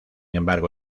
embargo